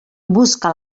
busca